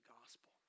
gospel